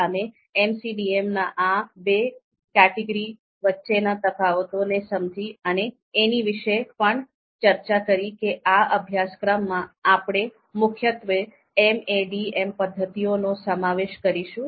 આપણે MCDM ના આ બે કેટેગરી વચ્ચેના તફાવતને સમજી અને એની વિશે પણ ચર્ચા કરી કે આ અભ્યાસક્રમમાં આપણે મુખ્યત્વે MADM પદ્ધતિઓનો સમાવેશ કરીશું